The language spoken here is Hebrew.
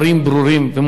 אין ספק בכלל.